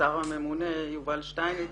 השר הממונה יובל שטייניץ